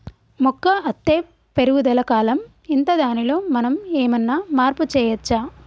మొక్క అత్తే పెరుగుదల కాలం ఎంత దానిలో మనం ఏమన్నా మార్పు చేయచ్చా?